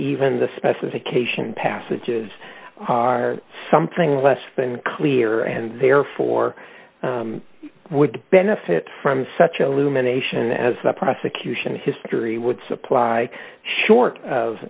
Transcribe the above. even the specification passages are something less than clear and therefore would benefit from such illumination as the prosecution history would supply short of